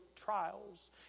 trials